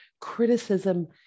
criticism